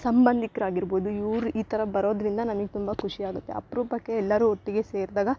ಸಂಬಂಧಿಕ್ರ್ ಆಗಿರ್ಬೋದು ಇವ್ರು ಈ ಥರ ಬರೋದ್ರಿಂದ ನಮಗ್ ತುಂಬ ಖುಷಿ ಆಗುತ್ತೆ ಅಪರೂಪಕ್ಕೆ ಎಲ್ಲರು ಒಟ್ಟಿಗೆ ಸೇರಿದಾಗ